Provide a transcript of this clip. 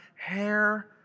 hair